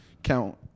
Count